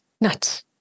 nuts